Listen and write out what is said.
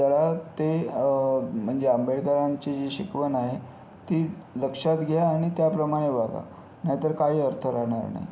तर जरा ते म्हणजे आंबेडकरांची जी शिकवण आहे ती लक्षात घ्या आणि त्याप्रमाणे वागा नाहीतर काही अर्थ राहणार नाही